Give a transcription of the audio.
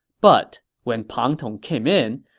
but when pang tong came in,